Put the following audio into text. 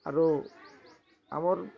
ଆରୁ ଆମର୍